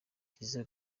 kiliziya